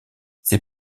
ses